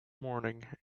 morning